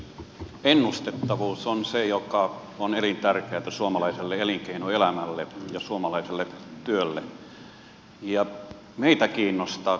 ennustettavuus on se joka on elintärkeätä suomalaiselle elinkeinoelämälle ja suomalaiselle työlle